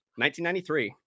1993